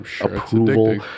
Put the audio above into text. approval